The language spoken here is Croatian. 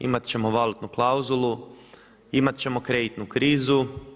Imat ćemo valutnu klauzulu, imat ćemo kreditnu krizu.